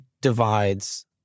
divides